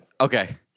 Okay